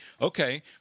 okay